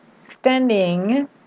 standing